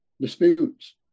disputes